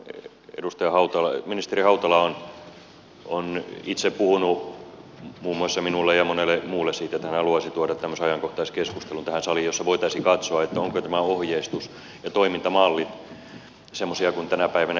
ministeri hautala on itse puhunut muun muassa minulle ja monelle muulle siitä että hän haluaisi tuoda tämmöisen ajankohtaiskeskustelun tähän saliin jossa voitaisiin katsoa ovatko tässä ohjeistus ja toimintamalli semmoisia kuin tänä päivänä ja erityisesti tulevaisuudessa tarvitaan